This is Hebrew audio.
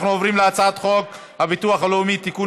אנחנו עוברים להצעת חוק הביטוח הלאומי (תיקון,